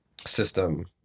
system